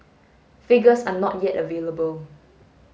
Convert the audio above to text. figures are not yet available